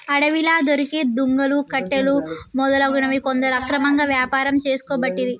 అడవిలా దొరికే దుంగలు, కట్టెలు మొదలగునవి కొందరు అక్రమంగా వ్యాపారం చేసుకోబట్టిరి